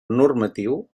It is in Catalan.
normatiu